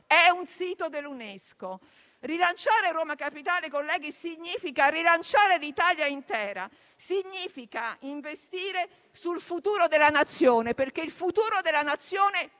è un sito dell'UNESCO. Rilanciare Roma Capitale, colleghi, significa rilanciare l'Italia intera, significa investire sul futuro della Nazione, perché il futuro della Nazione